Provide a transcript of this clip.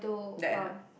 the end ah